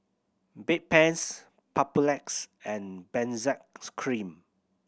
Bedpans Papulex and Benzac Cream